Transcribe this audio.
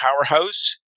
powerhouse